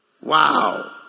wow